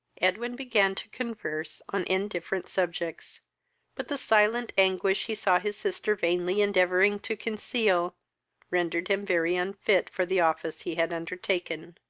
edwin began to converse on indifferent subjects but the silent anguish he saw his sister vainly endeavouring to conceal rendered him very unfit for the office he had undertaken.